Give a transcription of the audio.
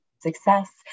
Success